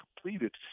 completed